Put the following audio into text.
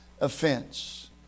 offense